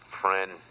Friend